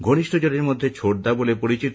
ঘনিষ্ট জনের মধ্যে ছোড়দা বলে পরিচিত